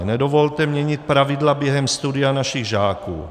Nedovolte měnit pravidla během studia našich žáků.